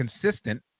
consistent